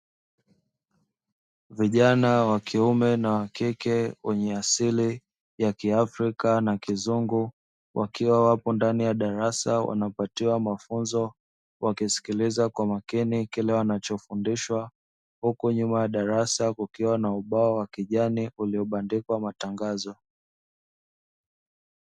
Vijana wa kiume na wa kike wenye asili ya kiafrika na kizungu wakiwa wapo ndani ya darasa wanapatiwa mafunzo wakisikiliza kwa makini kile wanachofundishwa huku nyuma ya darasa kukiwa na ubao wa kijani uliobandikwa matangazo.